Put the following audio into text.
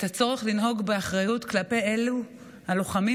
את הצורך לנהוג באחריות כלפי אלו הלוחמים